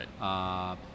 Right